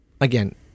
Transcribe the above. Again